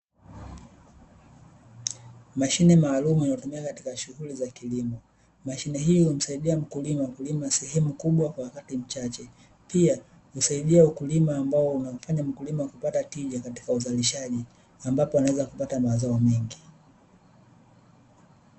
Mashine maalumu inayotumika katika shughuli za kilimo, mashine hii humsahidia mkulima kulima sehemu kubwa kwa wakati mchache pia husadia mkulima kupata tija kwenye uzalishaji, ambapo anaweza kupata mazao mengi.